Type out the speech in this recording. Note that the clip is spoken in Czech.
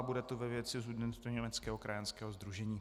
Bude to ve věci Sudetoněmeckého krajanského sdružení.